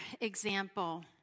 example